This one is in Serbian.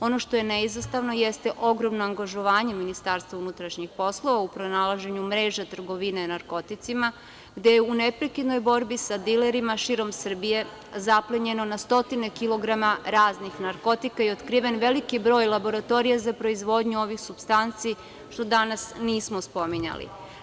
Ono što je neizostavno jeste ogromno angažovanje Ministarstva unutrašnjih poslova u pronalaženju mreža trgovine narkoticima, gde je u neprekidnoj borbi sa dilerima širom Srbije zaplenjeno na stotine kilograma raznih narkotika i otkriven veliki broj laboratorija za proizvodnju ovih supstanci, što danas nismo spominjali.